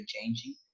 changing